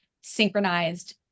synchronized